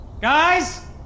guys